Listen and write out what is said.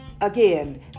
Again